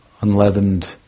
unleavened